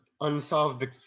unsolved